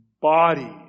body